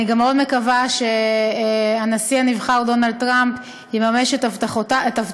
אני גם מאוד מקווה שהנשיא הנבחר דונלד טראמפ יממש את הבטחותיו,